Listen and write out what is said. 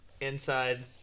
Inside